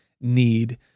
need